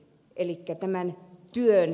elikkä tämä työ